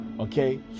Okay